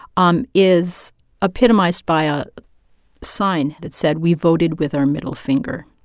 um is epitomized by a sign that said, we voted with our middle finger.